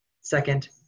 Second